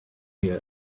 here